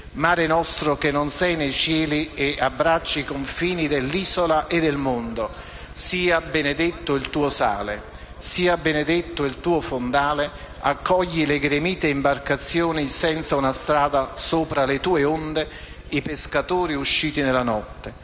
«Mare nostro che non sei nei cieli e abbracci i confini dell'isola e del mondo, sia benedetto il tuo sale, sia benedetto il tuo fondale. Accogli le gremite imbarcazioni senza una strada sopra le tue onde, i pescatori usciti nella notte,